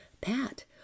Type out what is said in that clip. Pat